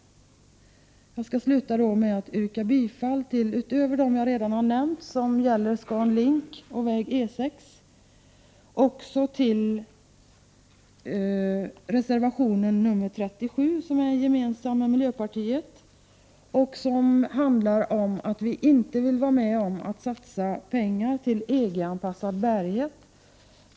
Jag yrkar till slut utöver till de reservationer som redan har nämnts och som gäller ScanLink och E 6 också bifall till reservation nr 37, som är gemensam för vpk och miljöpartiet. I den framhåller vi att vi inte vill vara med om att satsa pengar på EG-anpassad bärighet.